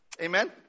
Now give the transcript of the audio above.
Amen